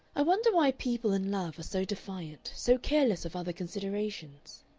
i wonder why people in love are so defiant, so careless of other considerations?